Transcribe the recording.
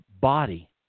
body